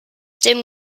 dem